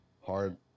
hard